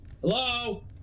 Hello